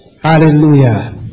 Hallelujah